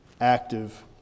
active